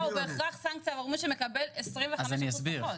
--- בהכרח למי שמקבל 25% פחות.